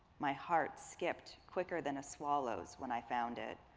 my heart skipped quicker than a swallow's when i found it.